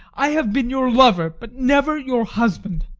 i have been your lover, but never your husband.